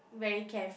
very care